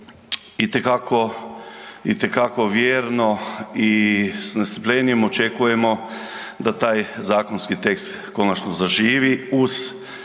itekako vjerno i s nestrpljenjem očekujemo da taj zakonski tekst konačno zaživi uz